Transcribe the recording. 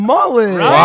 Mullen